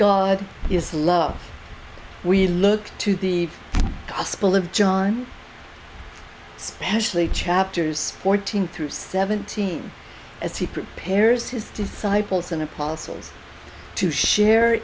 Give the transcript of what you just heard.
god is love we look to the gospel of john specially chapters fourteen through seventeen as he prepares his disciples and apostles to share